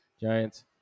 Giants